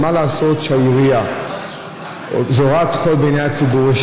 אבל מה לעשות שהעירייה זורה חול בעיני הציבור,